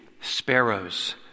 sparrows